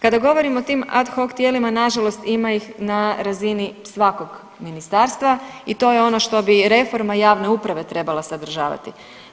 Kada govorimo o tim ad hoc tijelima na žalost ima ih na razini svakog ministarstva i to je ono što bi reforma javne uprave trebala sadržavati.